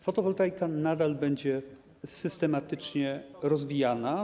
Fotowoltaika nadal będzie systematycznie rozwijana.